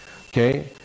Okay